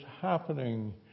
happening